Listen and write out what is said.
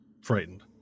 frightened